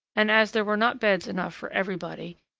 and as there were not beds enough for everybody,